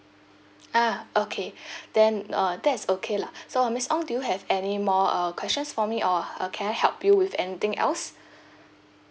ah okay then uh that is okay lah so miss ong do you have any more uh questions for me or uh can I help you with anything else